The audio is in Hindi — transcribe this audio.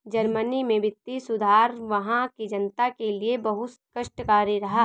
जर्मनी में वित्तीय सुधार वहां की जनता के लिए बहुत कष्टकारी रहा